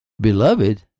Beloved